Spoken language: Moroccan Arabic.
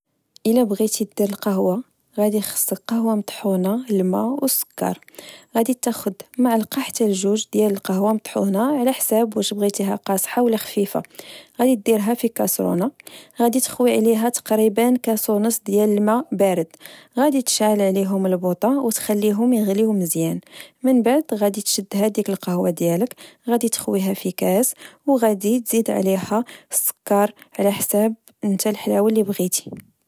إلا بغيتي دير القهوة، غدي خصك قهوة مطحونة، الما، والسكر، غدي تاخد معلقة حتى جوج ديال القهوة مطحونة على حساب واش بغتها قاصحة ولا خفيفة، غدي ديرها في كسرونة، غدي تخوي عليها تقريبا كاس أونص ديال الما بارد، غدي تشعل عليهم البوطة وتخليهم يغليو وزيان، من بعد غدي تشد هاديك القهوة ديالك، غدي تخويها في كاس وغادي تزيد عليها السكر على حساب نتا الحلاوة لبغيتي